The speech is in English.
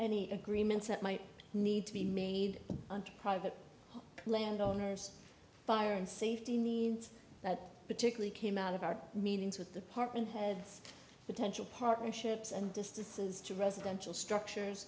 any agreements that might need to be made on to private land owners fire and safety needs that particularly came out of our meetings with the park and heads potential partnerships and distances to residential structures